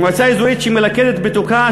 מועצה אזורית שמלכדת בתוכה,